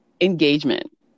engagement